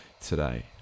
today